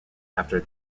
after